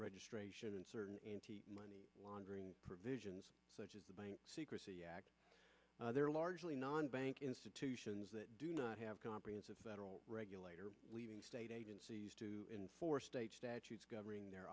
registration and certain money laundering provisions such as the bank secrecy act they're largely non bank institutions that do not have comprehensive federal regulator leaving state agencies to enforce state statutes governing the